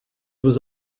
was